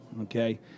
okay